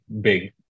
big